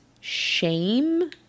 shame